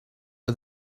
for